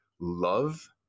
love